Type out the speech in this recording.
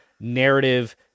narrative